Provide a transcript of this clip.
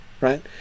Right